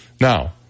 Now